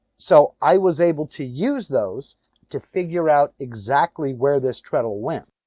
so i was able to use those to figure out exactly where this treadle went.